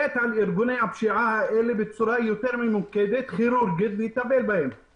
יותר מ-200,000 מובטלים חדשים נוספו לחברה הערבית.